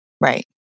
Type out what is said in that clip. Right